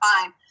fine